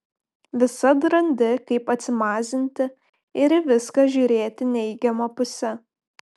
visad randi kaip atsimazinti ir į viską žiūrėti neigiama puse